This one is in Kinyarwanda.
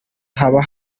habo